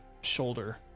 shoulder